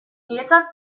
niretzat